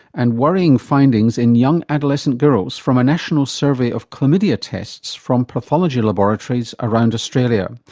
and worrying findings in young adolescent girls from a national survey of chlamydia tests from pathology laboratories around australia.